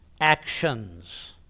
actions